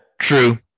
True